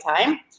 time